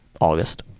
August